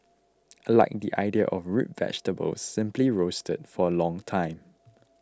I like the idea of root vegetables simply roasted for a long time